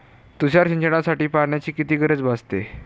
तुषार सिंचनासाठी पाण्याची किती गरज भासते?